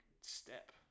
step